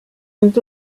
sind